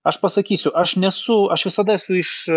aš pasakysiu aš nesu aš visada esu iš